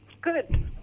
Good